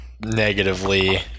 negatively